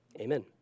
amen